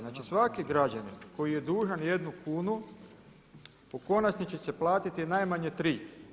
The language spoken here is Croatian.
Znači svaki građanin koji je dužan jednu kunu u konačnici će platiti najmanje tri.